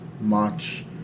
March